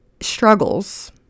struggles